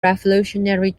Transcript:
revolutionary